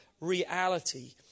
reality